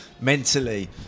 mentally